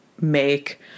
make